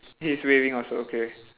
he is waving also okay